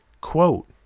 Quote